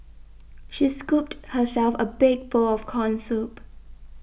she scooped herself a big bowl of Corn Soup